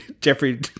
Jeffrey